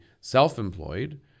self-employed